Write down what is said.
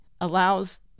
allows